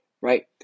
right